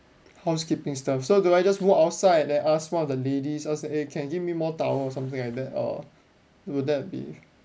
housekeeping staff so do I just walk outside and ask one of the ladies eh can give me more towels or something like that or would that be